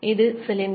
இது சிலிண்டர்